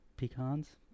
Pecans